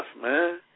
man